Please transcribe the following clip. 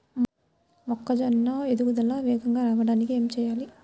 మొక్కజోన్న ఎదుగుదల వేగంగా రావడానికి ఏమి చెయ్యాలి?